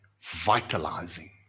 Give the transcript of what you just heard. vitalizing